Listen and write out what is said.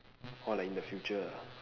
orh like in the future ah